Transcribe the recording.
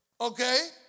Okay